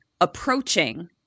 approaching